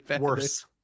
worse